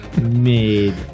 made